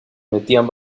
metían